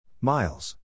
Miles